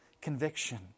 conviction